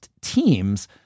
Teams